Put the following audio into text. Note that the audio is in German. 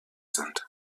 sind